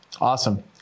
Awesome